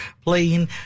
playing